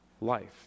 life